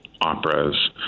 operas